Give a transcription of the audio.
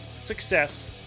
success